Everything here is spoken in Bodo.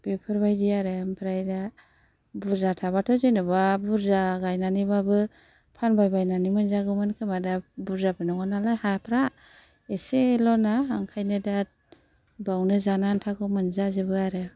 बेफोरबायदि आरो ओमफ्राय दा बुर्ज थाबाथ' जेन'बा बुरजा गायनानैबाबो फानबाय बायनानै मोनजागौमोन खोमा दा बुरजाबो नङा नालाय हाफ्रा एसेल'ना ओंखायनो दा बावनो जानो आन्थाखौ मोनजाजोबो आरो